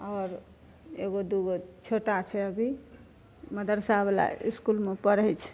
आओर एगो दुगो छोटा छै अभी मदरसा बला इसकुलमे पढ़ैत छै